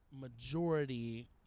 majority